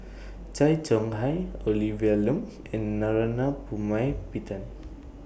Tay Chong Hai Olivia Lum and Narana Putumaippittan